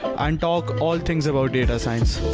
um talk all things about data science.